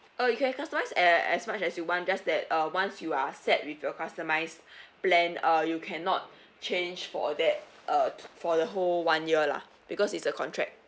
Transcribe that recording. uh you can customise a~ as much as you want just that uh once you are set with your customised plan or you cannot change for that uh for the whole one year lah because it's a contract